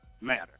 matter